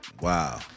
Wow